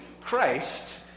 Christ